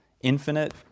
Infinite